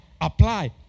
apply